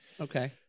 Okay